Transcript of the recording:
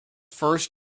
first